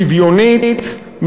שוויונית,